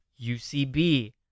ucb